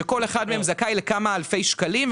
שכל אחד מהם זכאי לכמה אלפי שקלים.